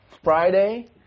Friday